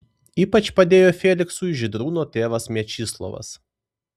ypač padėjo feliksui žydrūno tėvas mečislovas